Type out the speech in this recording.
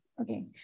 Okay